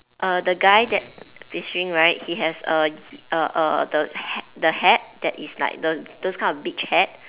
err the guy that fishing right he has err a a the hat the hat that is like the those kind of beach hat